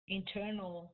internal